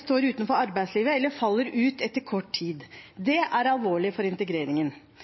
står utenfor arbeidslivet eller faller ut etter kort tid. Det er alvorlig for integreringen. Vi mener at arbeid er nøkkelen til god integrering. For å komme i arbeid må flere få utdanning og kvalifisering. Det er